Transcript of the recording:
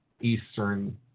Eastern